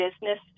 business